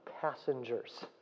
passengers